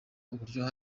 uburyo